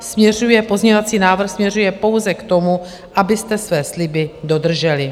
Můj pozměňovací návrh směřuje pouze k tomu, abyste své sliby dodrželi.